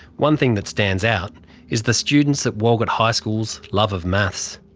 one thing that stands out is the students at walgett high school's love of maths.